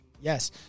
Yes